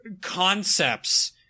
concepts